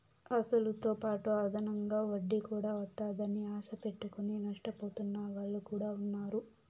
అసలుతోపాటు అదనంగా వడ్డీ కూడా వత్తాదని ఆశ పెట్టుకుని నష్టపోతున్న వాళ్ళు కూడా ఉన్నారు